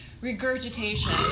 regurgitation